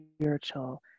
spiritual